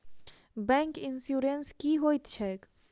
Bank insurance की होइत छैक?